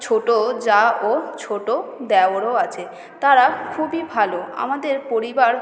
এবং ছোটো জা ও ছোটো দেওরও আছে তাঁরা খুবই ভালো আমাদের পরিবার